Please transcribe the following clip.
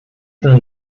ten